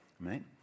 right